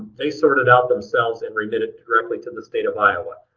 they sort it out themselves and remit it directly to the state of iowa.